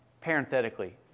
Parenthetically